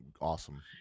awesome